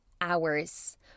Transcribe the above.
hours